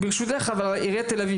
ברשותך אבל עיריית תל אביב,